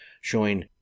showing